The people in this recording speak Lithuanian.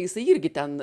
jisai irgi ten